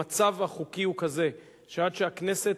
המצב החוקי הוא כזה, שעד שהכנסת